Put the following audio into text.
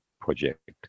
project